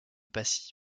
passy